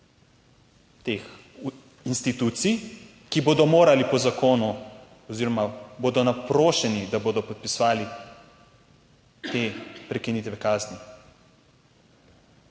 institucij, ki bodo morali po zakonu oziroma bodo naprošeni, da bodo podpisovali te prekinitve kazni.